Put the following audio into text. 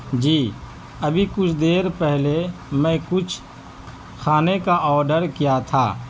جی ابھی کچھ دیر پہلے میں کچھ کھانے کا آڈر کیا تھا